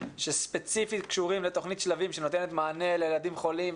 שספציפית קשורים לתוכנית "שלבים" שנותנת מענה לילדים חולים.